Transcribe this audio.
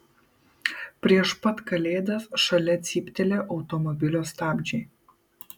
prieš pat kalėdas šalia cyptelėjo automobilio stabdžiai